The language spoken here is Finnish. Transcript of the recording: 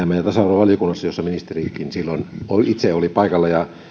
ja tasa arvovaliokunnassa jossa ministerikin silloin oli paikalla ja